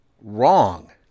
wrong